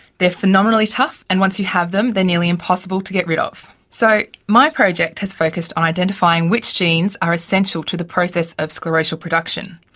they are phenomenally tough, and once you have them, they are nearly impossible to get rid off. so my project has focused on identifying which genes are essential to the process of sclerotial production.